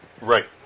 Right